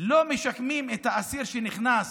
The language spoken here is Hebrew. לא משקמים את האסיר שנכנס